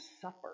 suffer